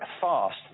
fast